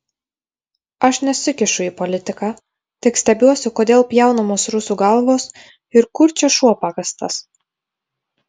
aš nesikišu į politiką tik stebiuosi kodėl pjaunamos rusų galvos ir kur čia šuo pakastas